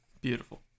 beautiful